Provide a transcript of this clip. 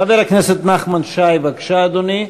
חבר הכנסת נחמן שי, בבקשה, אדוני,